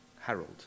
Harold